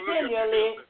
continually